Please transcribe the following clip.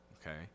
okay